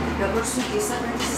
dabar sunkiai sergantys